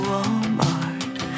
Walmart